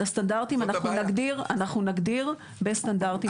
את הסטנדרטים אנחנו נגדיר בסטנדרטים נפרדים.